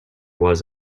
was